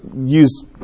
use